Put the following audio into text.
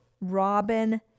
robin